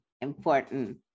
important